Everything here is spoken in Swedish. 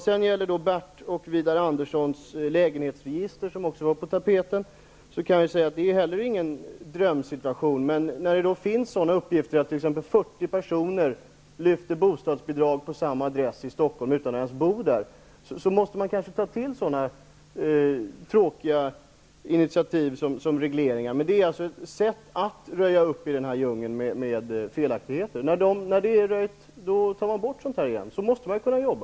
Bert Karlssons och Widar Anderssons förslag om ett lägenhetsregister var också uppe på tapeten. Inte heller det är någon drömsituation, men när det finns uppgifter om att 40 personer lyfter bostadsbidrag på samma adress i Stockholm utan att ens bo där måste man kanske ta till sådana tråkiga initiativ som regleringar. Det är alltså ett sätt att röja upp i djungeln av felaktigheter. När det är röjt tar man bort bestämmelserna igen. Så måste man ju kunna jobba.